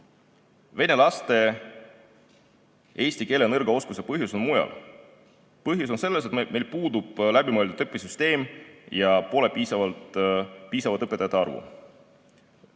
laste eesti keele nõrga oskuse põhjus on mujal. Põhjus on selles, et meil puudub läbimõeldud õpisüsteem ja pole piisavat õpetajate arvu.